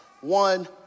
one